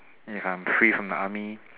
if I'm free from the army